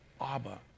Abba